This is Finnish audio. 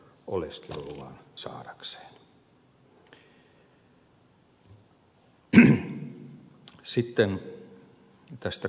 sitten tästä kasvattilapsen määrittelystä